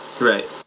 Right